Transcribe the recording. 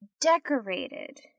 decorated